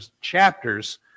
chapters